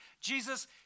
Jesus